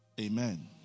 Amen